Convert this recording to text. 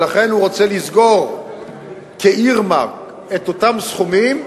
ולכן הוא רוצה לסגור כ-earmark את אותם סכומים,